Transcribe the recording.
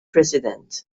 president